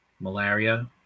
malaria